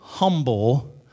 Humble